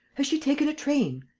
has she taken a train?